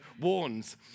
warns